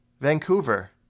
Vancouver